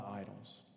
idols